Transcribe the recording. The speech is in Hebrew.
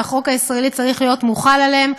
והחוק הישראלי צריך להיות מוחל עליהם.